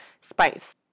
spice